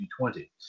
2020